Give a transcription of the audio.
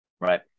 Right